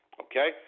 Okay